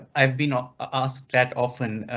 i've been asked that often.